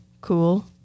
cool